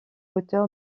auteur